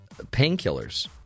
painkillers